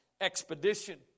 expedition